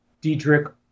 Diedrich